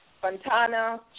Fontana